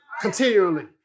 continually